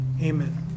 Amen